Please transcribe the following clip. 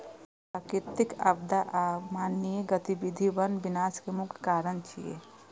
प्राकृतिक आपदा आ मानवीय गतिविधि वन विनाश के मुख्य कारण छियै